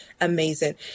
amazing